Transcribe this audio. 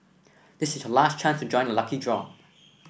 this is your last chance to join the lucky draw